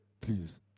Please